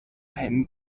ein